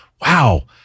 wow